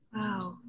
Wow